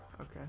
okay